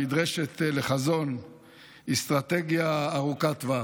נדרשת לחזון לאסטרטגיה ארוכת טווח.